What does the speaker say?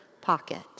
pocket